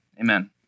Amen